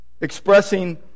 expressing